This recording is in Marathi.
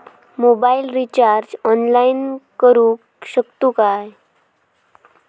मोबाईल रिचार्ज ऑनलाइन करुक शकतू काय?